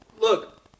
Look